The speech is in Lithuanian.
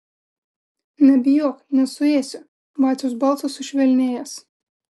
nebijok nesuėsiu vaciaus balsas sušvelnėjęs